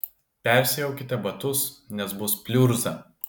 persiaukite batus nes bus pliurza